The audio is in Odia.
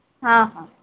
ହଁ ହଁ